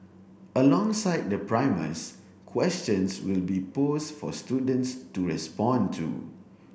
alongside the primers questions will be posed for students to respond to